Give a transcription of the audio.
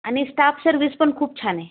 आणि staff service पण खूप छान आहे